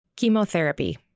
chemotherapy